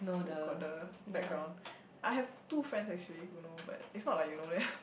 who got the background I have two friends actually who know but it's not like you know them